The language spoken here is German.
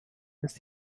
ist